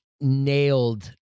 nailed